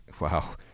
Wow